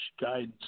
guidance